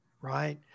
right